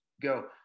go